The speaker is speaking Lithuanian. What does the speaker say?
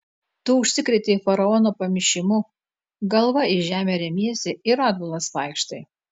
tu užsikrėtei faraono pamišimu galva į žemę remiesi ir atbulas vaikštai